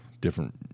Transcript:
different